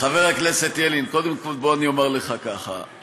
חבר הכנסת ילין, קודם כול, בוא, אני אומר לך ככה,